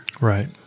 Right